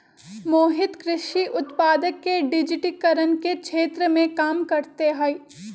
मोहित कृषि उत्पादक के डिजिटिकरण के क्षेत्र में काम करते हई